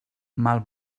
mal